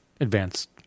Advanced